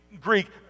Greek